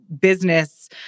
business